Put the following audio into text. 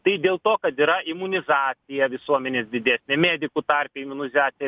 tai dėl to kad yra imunizacija visuomenės didesnė medikų tarpe imunizacija